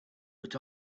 but